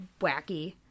wacky